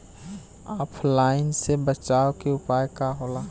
ऑफलाइनसे बचाव के उपाय का होला?